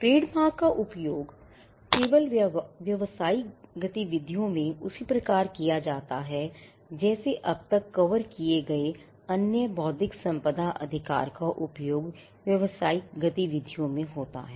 trademark का उपयोग केवल व्यावसायिक गतिविधियों में उसी प्रकार किया जाता है जैसे अब तक कवर किए गए अन्य बौद्धिक संपदा अधिकार का उपयोग व्यवसायिक गतिविधियों में होता है